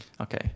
okay